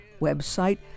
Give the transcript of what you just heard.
website